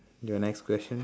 to the next question